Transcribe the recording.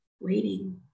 waiting